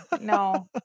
No